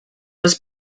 was